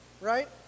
right